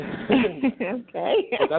Okay